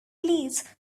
please